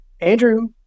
Andrew